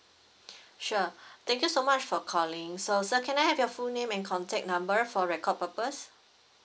sure thank you so much for calling so sir can I have your full name and contact number for record purpose